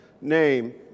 name